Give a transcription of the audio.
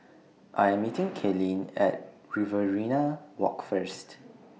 I Am meeting Kaylynn At Riverina Walk First